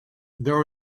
there